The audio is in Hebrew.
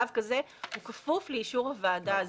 צו כזה הוא כפוף לאישור הוועדה הזאת.